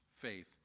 faith